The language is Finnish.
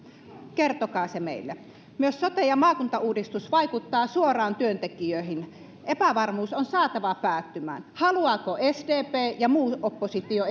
kertokaa se meille myös sote ja maakuntauudistus vaikuttaa suoraan työntekijöihin epävarmuus on saatava päättymään haluaako sdp ja muu oppositio